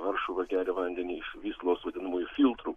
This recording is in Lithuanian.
varšuva geria vandenį iš vyslos vadinamųjų filtrų